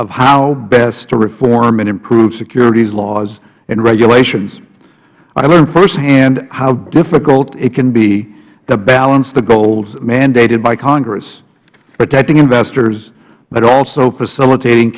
of how best to reform and improve securities laws and regulations i learned firsthand how difficult it can be to balance the goals mandated by congress protecting investors but also facilitating